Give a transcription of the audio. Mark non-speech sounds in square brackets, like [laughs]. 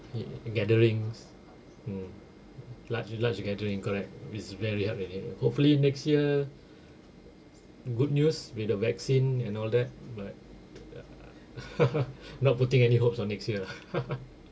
gatherings mm large large gathering correct is very hard already hopefully next year [breath] good news with the vaccine and all that but uh [laughs] not putting any hopes of next year lah [laughs]